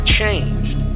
changed